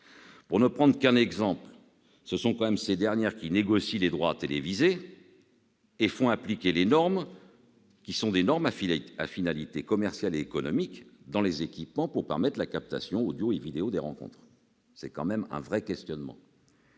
Pour ne prendre qu'un exemple, ce sont ces dernières qui négocient les droits télévisés et font appliquer des normes à finalité commerciale et économique aux équipements, pour permettre la captation audio et vidéo des rencontres. Il s'agit d'un vrai questionnement.